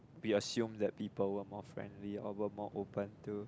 we assume that people were more friendly or were more open to